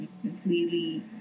completely